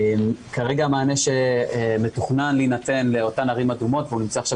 כרגע המענה שמתוכנן להינתן לאותן ערים אדומות נמצא עכשיו